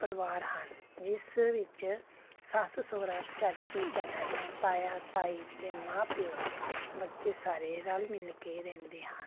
ਪਰਿਵਾਰ ਹਨ ਜਿਸ ਵਿੱਚ ਸੱਸ ਸਹੁਰਾ ਚਾਚੀ ਚਾਚੀਆਂ ਤਾਇਆ ਤਾਈ ਅਤੇ ਮਾਂ ਪਿਓ ਬੱਚੇ ਸਾਰੇ ਰਲ ਮਿਲ ਕੇ ਰਹਿੰਦੇ ਹਨ